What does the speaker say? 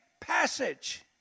passage